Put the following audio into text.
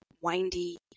windy